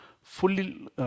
fully